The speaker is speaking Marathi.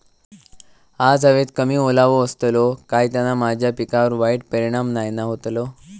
आज हवेत कमी ओलावो असतलो काय त्याना माझ्या पिकावर वाईट परिणाम नाय ना व्हतलो?